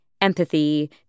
empathy